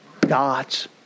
God's